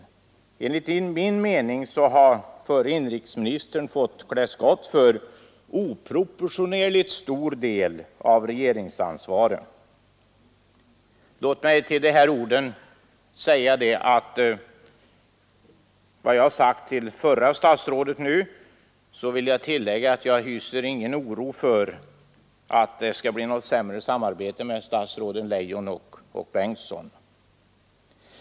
Enligt min mening har förre inrikesministern fått klä skott för en oproportionerligt stor del av regeringsansvaret. Får jag till de här orden till det förra ansvariga statsrådet lägga till att jag inte hyser någon oro för att det skall bli sämre samarbete med statsråden Leijon och Bengtsson.